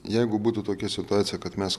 jeigu būtų tokia situacija kad mes